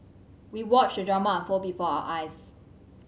we watched the drama unfold before our eyes